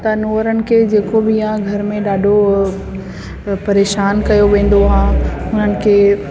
त नूंहरुनि खे जेको बि आहे घर में ॾाढो परेशान कयो वेंदो आहे हुननि खे